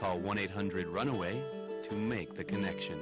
call one eight hundred runaway to make the connection